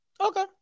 Okay